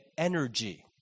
energy